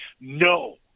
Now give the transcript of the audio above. no